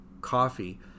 coffee